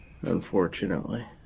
unfortunately